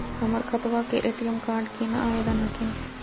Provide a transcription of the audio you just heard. हमर खतवा के ए.टी.एम कार्ड केना आवेदन हखिन?